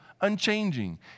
unchanging